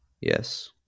Yes